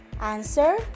Answer